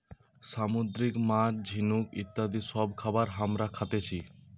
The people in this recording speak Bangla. সামুদ্রিক মাছ, ঝিনুক ইত্যাদি সব খাবার হামরা খাতেছি